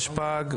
התשפ"ג,